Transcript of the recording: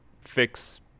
fix